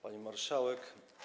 Pani Marszałek!